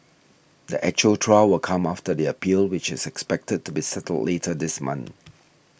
the actual trial will come after the appeal which is expected to be settled later this month